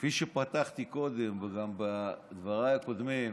כפי שפתחתי קודם, בדבריי הקודמים,